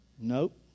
Nope